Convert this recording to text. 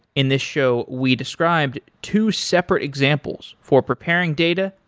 in this show, we described two separate examples for preparing data,